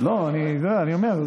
אני אומר,